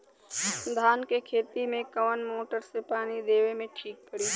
धान के खेती मे कवन मोटर से पानी देवे मे ठीक पड़ी?